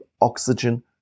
oxygen